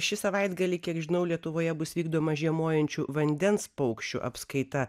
šį savaitgalį kiek žinau lietuvoje bus vykdoma žiemojančių vandens paukščių apskaita